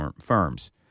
firms